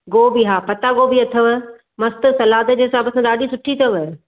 गोबी हा पता गोबी अथव मस्त सलाद जे हिसाब सां ॾाढी सुठी अथव